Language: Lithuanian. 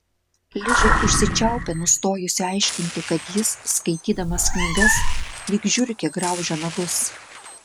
ližė užsičiaupė nustojusi aiškinti kad jis skaitydamas knygas lyg žiurkė graužia nagus